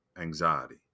anxiety